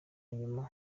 nyuma